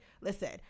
Listen